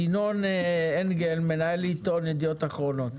ינון אנגל, חבר הנהלה בידיעות אחרונות.